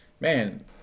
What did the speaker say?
Man